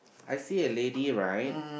I see a lady right